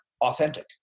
authentic